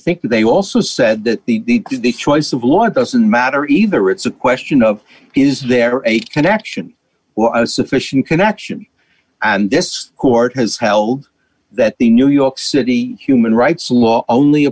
think they also said that the the choice of law doesn't matter either it's a question of is there are eight connection or a sufficient connection and this court has held that the new york city human rights law only